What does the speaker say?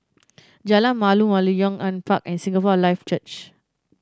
Jalan Malu Malu Yong An Park and Singapore Life Church